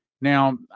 Now